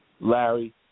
Larry